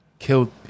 Killed